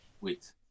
Wait